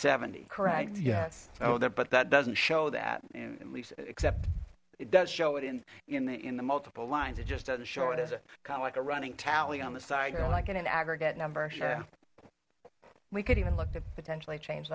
seventy correct yes oh there but that doesn't show that except it does show it in in the in the multiple lines it just doesn't show it is it kind of like a running tally on the side like at an aggregate number sure we could even look to potentially change